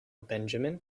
benjamin